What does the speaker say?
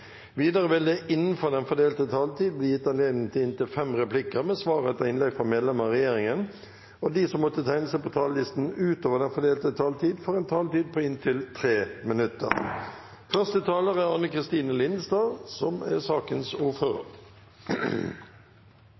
Videre vil det – innenfor den fordelte taletid – bli gitt anledning til inntil fem replikker med svar etter innlegg fra medlemmer av regjeringen, og de som måtte tegne seg på talerlisten utover den fordelte taletid, får også en taletid på inntil 3 minutter. Først vil jeg få takke komiteen for godt samarbeid. Det er